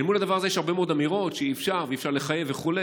אל מול הדבר הזה יש הרבה מאוד אמירות: אי-אפשר ואי-אפשר לחייב וכו'.